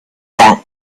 that